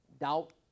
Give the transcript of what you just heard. Doubt